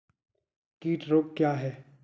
कीट रोग क्या है?